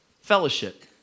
fellowship